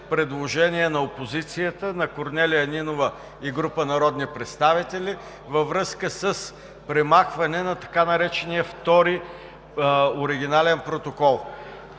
предложение на опозицията, на Корнелия Нинова и група народни представители, във връзка с премахване на така наречения „втори оригинален протокол“.